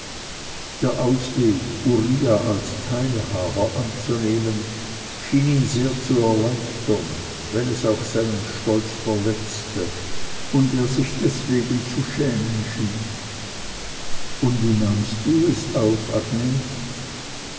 der ausweg uriah als teilhaber anzunehmen schien ihn sehr zu erleichtern wenn es auch seinen stolz verletzte und er sich sehr deswegen zu schämen schien und wie nahmst du es auf agnes